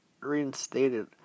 reinstated